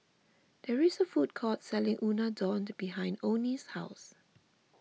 there is a food court selling Unadon behind oney's house